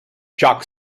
jock